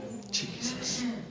Jesus